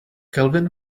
kelvin